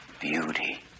beauty